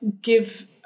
give